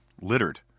littered